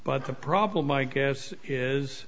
but the problem i guess is